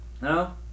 No